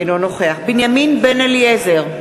אינו נוכח בנימין בן-אליעזר,